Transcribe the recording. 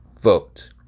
vote